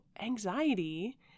anxiety